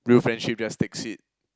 real friendship just takes it